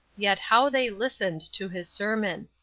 yet how they listened to his sermon.